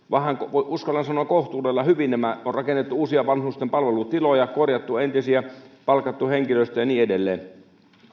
uskallan sanoa kohtuudella hyvin nämä on rakennettu uusia vanhusten palvelutiloja korjattu entisiä palkattu henkilöstöä ja niin edelleen